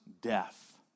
death